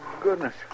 goodness